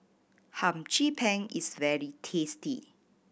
Hum Chim Peng is very tasty